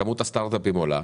כמות הסטרט-אפים עולה,